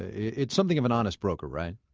it's something of an honest broker, right?